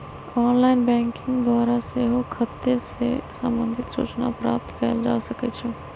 online banking द्वारा सेहो खते से संबंधित सूचना प्राप्त कएल जा सकइ छै